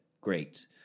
great